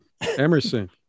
Emerson